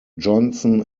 johnson